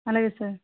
అలాగే సార్